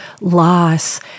loss